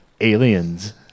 Aliens